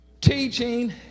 teaching